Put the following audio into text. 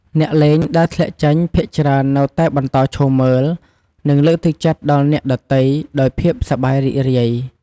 អ្នកលេងដែលធ្លាក់ចេញ ភាគច្រើននៅតែបន្តឈរមើល និងលើកទឹកចិត្តដល់អ្នកដទៃដោយភាពសប្បាយរីករាយ។